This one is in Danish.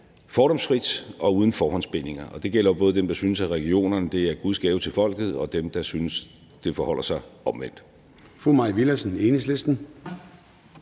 fordomsfrit og uden forhåndsbindinger, og det gælder både dem, der synes, at regionerne er guds gave til folket, og dem, der synes, at det forholder sig omvendt.